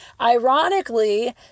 Ironically